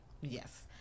Yes